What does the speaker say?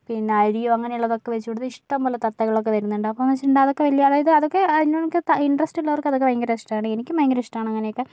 പിന്നെ അരിയോ അങ്ങനേളളതൊക്കെ വെച്ച് കൊട്ത്ത് ഇഷ്ടം പോലെ തത്തകളൊക്കെ വരുന്നുണ്ട് അപ്പോന്നെച്ച്ട്ടണ്ടെങ്കി അതൊക്കെ വലിയ അതായത് വലിയ ഇൻ്ററെസ്റ്റ് ഉള്ളവർക്ക് അതൊക്കെ ഭയങ്കര ഇഷ്ടമാണ് എനിക്കും ഭയങ്കര ഇഷ്ടമാണ് അങ്ങനെയൊക്കെ